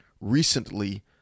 recently